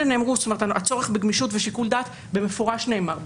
הדברים האלה נאמרו הצורך בגמישות ובשיקול דעת נאמר במפורש.